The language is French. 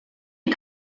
est